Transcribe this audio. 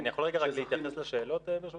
אני יכול רגע רק להתייחס לשאלות השאלה?